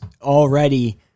already